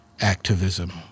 activism